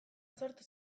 sortu